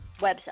website